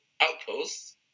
outposts